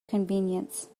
convenience